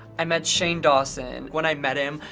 i met shane dawson. when i met him,